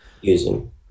using